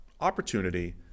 opportunity